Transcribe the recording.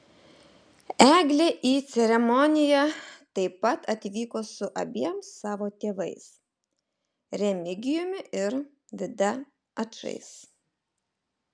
eglė į ceremoniją taip pat atvyko su abiem savo tėvais remigijumi ir vida ačais